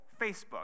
Facebook